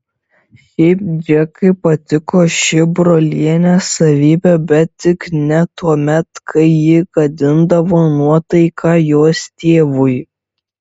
šiaip džekai patiko ši brolienės savybė bet tik ne tuomet kai ji gadindavo nuotaiką jos tėvui